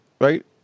right